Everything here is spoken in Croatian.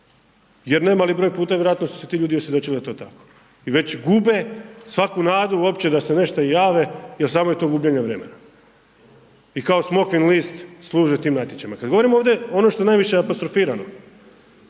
jer ne mali broj puta vjerojatno su se ti ljudi osvjedočili da je to tako. I već gube svaku nadu uopće da se nešto i jave jer samo je to gubljenje vremena i kao smokvin list služe tim natječajima. Kad govorimo ovdje ono što je najviše apostrofirano